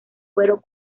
cuero